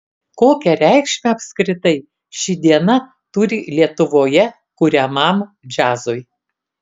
kokią reikšmę apskritai ši diena turi lietuvoje kuriamam džiazui